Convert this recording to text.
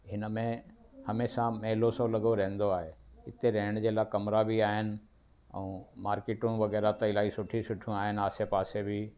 हिन में हमेशह मेलो सो लॻो रहंदो आहे हिते रहण जे लाइ कमिरा बि आहिनि ऐं मार्केटूं वग़ैरह त इलाही सुठियूं सुठियूं आहिनि आसे पासे बि